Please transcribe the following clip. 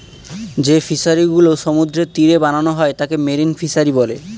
যেই ফিশারি গুলো সমুদ্রের তীরে বানানো হয় তাকে মেরিন ফিসারী বলে